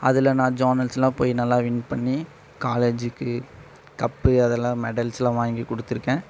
அதில் நான் ஜோனல்ஸ் எல்லாம் போய் நல்லா வின் பண்ணி காலேஜுக்கு கப்பு அதெல்லாம் மெடல்ஸ் எல்லாம் வாங்கி கொடுத்துருக்கேன்